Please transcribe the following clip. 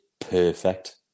perfect